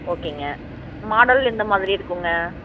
ஓகேங்க மாடல் எந்த மாதிரி இருக்கும்ங்க